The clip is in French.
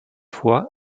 fois